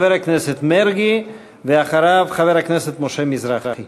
חבר הכנסת מרגי, ואחריו, חבר הכנסת משה מזרחי.